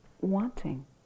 wanting